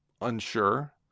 unsure